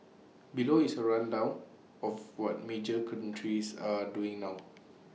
below is A rundown of what major countries are doing now